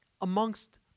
amongst